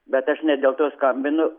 bet aš ne dėl to skambinu